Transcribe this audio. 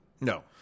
No